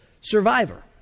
Survivor